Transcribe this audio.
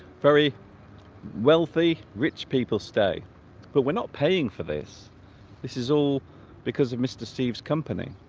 very wealthy rich people stay but we're not paying for this this is all because of mr. steeves company